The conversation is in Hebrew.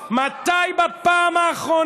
חוצפה.